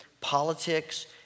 politics